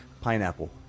Pineapple